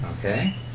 Okay